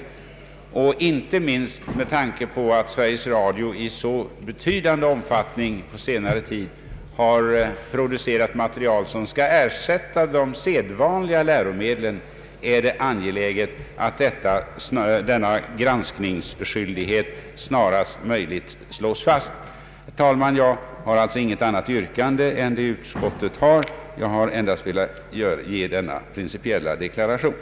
Inte minst med tanke på att Sveriges Radio i så betydande omfattning på senare tid har producerat material som skall ersätta de sedvanliga läromedlen är det angeläget att denna granskningsskyldighet snarast möjligt slås fast. Herr talman! Jag har inte något annat yrkande än utskottet har. Jag har endast velat avge denna principiella deklaration.